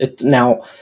Now